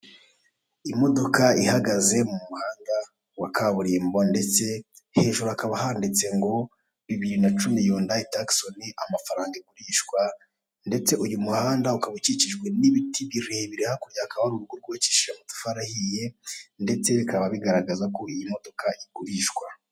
Imodoka ihagaze mu muhanda wa kaburimbo ndetse hejuru hakaba handitse ngo bibiri na cumi yondayi takisoni amafaranga igurishwa, ndetse uyu muhanda ukaba ukikijwe n'ibiti birebire, hakurya hakaba hari urugo rwubakishije amatafari ahiye ndetse bikaba bigaragaza ko iyi modoka igurishwa.